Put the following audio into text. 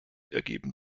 ergeben